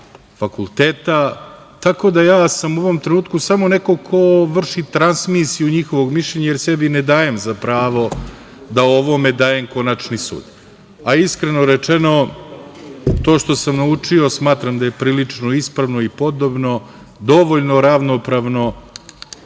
fakulteta, tako da sam u ovom trenutku neko ko vrši transmisiju njihovog mišljenja i sebi ne dajem za pravo da o ovome dajem konačni sud. Iskreno rečeno, to što sam naučio smatram da je prilično ispravno i podobno, dovoljno ravnopravno